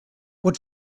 what